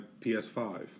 PS5